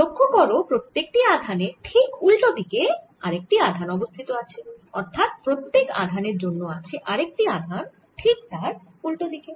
লক্ষ্য করো প্রত্যেক টি আধানের ঠিক উল্টো দিকে একটি আধান অবস্থিত আছে অর্থাৎ প্রত্যেক আধানের জন্য আছে আরেকটি আধান ঠিক তার উল্টো দিকে